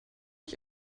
ich